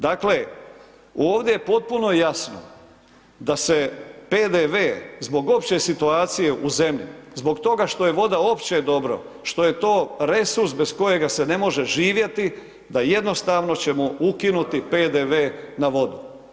Dakle, ovdje je potpuno jasno da se PDV zbog opće situacije u zemlji, zbog toga što je voda opće dobro, što je to resurs bez kojega se ne može živjeti, da jednostavno ćemo ukinuti PDV na vodu.